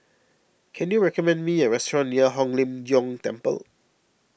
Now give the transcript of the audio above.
can you recommend me a restaurant near Hong Lim Jiong Temple